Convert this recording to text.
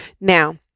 Now